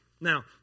Now